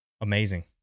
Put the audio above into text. Amazing